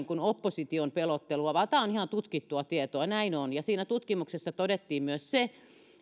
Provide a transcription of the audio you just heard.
kuin opposition pelottelua vaan tämä on ihan tutkittua tietoa näin on ja siinä tutkimuksessa todettiin myös se